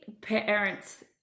parents